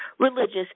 Religious